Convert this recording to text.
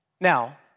Now